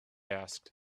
asked